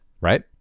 right